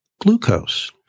glucose